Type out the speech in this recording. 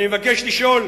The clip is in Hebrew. אני מבקש לשאול,